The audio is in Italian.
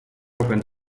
open